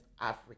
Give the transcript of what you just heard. africa